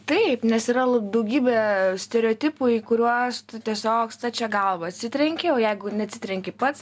taip nes yra daugybė stereotipų į kuriuos tu tiesiog stačia galva atsitrenki o jeigu neatsitrenki pats